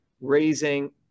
raising